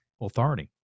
authority